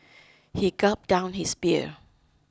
he gulped down his beer